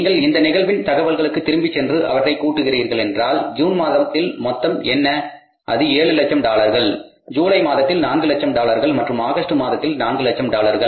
நீங்கள் இந்த நிகழ்வின் தகவல்களுக்கு திரும்பிச் சென்று அவற்றை கூட்டுகின்றீர்களென்றால் ஜூன் மாதத்தில் மொத்தம் என்ன அது 700000 டாலர்கள் ஜூலை மாதத்தில் 400000 டாலர்கள் மற்றும் ஆகஸ்ட் மாதத்தில் 400000 டாலர்கள்